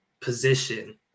position